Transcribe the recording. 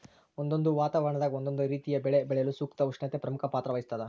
ಒಂದೊಂದು ವಾತಾವರಣದಾಗ ಒಂದೊಂದು ರೀತಿಯ ಬೆಳೆ ಬೆಳೆಯಲು ಸೂಕ್ತ ಉಷ್ಣತೆ ಪ್ರಮುಖ ಪಾತ್ರ ವಹಿಸ್ತಾದ